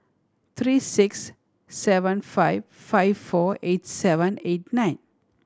three six seven five five four eight seven eight nine